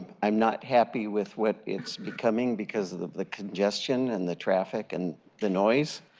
i'm not happy with what it's becoming because of the congestin and the traffic and the noise.